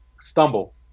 stumble